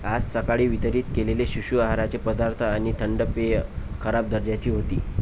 आज सकाळी वितरित केलेले शिशु आहाराचे पदार्थ आणि थंड पेय खराब दर्जाची होती